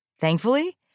Thankfully